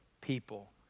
people